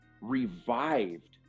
revived